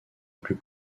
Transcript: plus